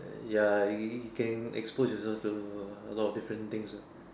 ya you you can expose yourself to a lot of different things lah